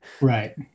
Right